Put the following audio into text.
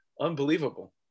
unbelievable